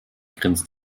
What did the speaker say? grinst